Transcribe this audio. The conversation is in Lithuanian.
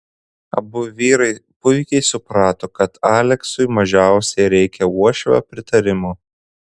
abu vyrai puikiai suprato kad aleksui mažiausiai reikia uošvio pritarimo